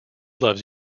loves